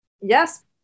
Yes